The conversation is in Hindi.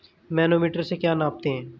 मैनोमीटर से क्या नापते हैं?